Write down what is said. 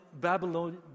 Babylon